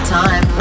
time